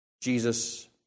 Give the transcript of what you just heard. Jesus